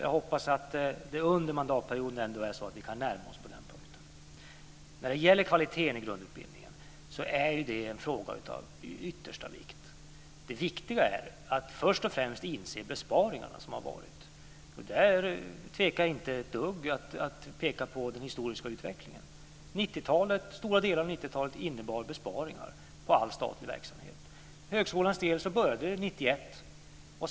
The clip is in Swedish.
Jag hoppas att det under mandatperioden ändå är så att vi kan närma oss varandra på den punkten. Kvaliteten i grundutbildningen är ju en fråga av yttersta vikt. Det viktiga är att först och främst inse vilka besparingar som har varit. Där tvekar jag inte ett dugg att peka på den historiska utvecklingen. Stora delar av 90-talet innebar besparingar på all statlig verksamhet. För högskolans del började det 1991.